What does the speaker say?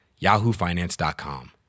yahoofinance.com